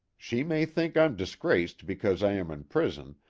she may think i'm disgraced because i am in prison,